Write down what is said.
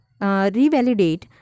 revalidate